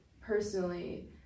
personally